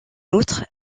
outre